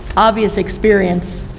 obvious experience,